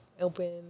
open